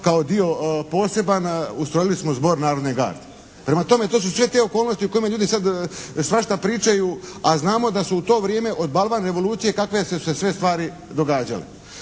kao dio poseban, ustrojili smo Zbor narodne garde. Prema tome, to su sve te okolnosti o kojima ljudi sad svašta pričaju, a znamo da su u to vrijeme od “balvan revolucije“ kakve su se stvari sve događale.